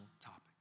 topic